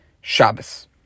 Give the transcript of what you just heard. Shabbos